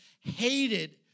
hated